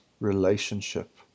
relationship